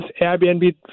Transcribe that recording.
Airbnb